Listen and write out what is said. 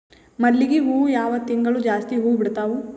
ಮಲ್ಲಿಗಿ ಹೂವು ಯಾವ ತಿಂಗಳು ಜಾಸ್ತಿ ಹೂವು ಬಿಡ್ತಾವು?